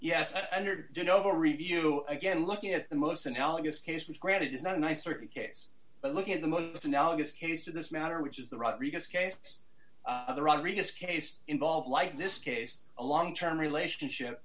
the review again looking at the most analogous case which granted is not a nice party case but look at the most analogous case to this matter which is the rodriguez case the rodriguez case involved like this case a long term relationship